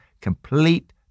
complete